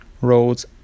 roads